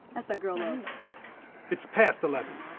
that's that girl love. it's past eleven.